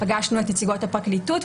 פגשנו את נציגות הפרקליטות,